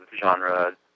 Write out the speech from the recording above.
genre